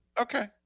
Okay